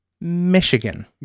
Michigan